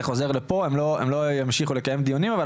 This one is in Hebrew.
זה חוזר לפה והם לא ימשיכו לקיים דיונים בנושא,